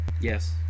yes